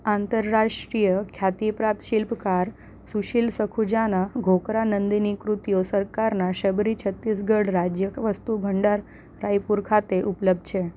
આંતરરાષ્ટ્રીય ખ્યાતિપ્રાપ્ત શિલ્પકાર સુશીલ સખુજાનાં ઘોકરા નંદીની કૃતિઓ સરકારનાં શબરી છત્તીસગઢ રાજ્ય વસ્તુભંડાર રાયપુર ખાતે ઉપલબ્ધ છે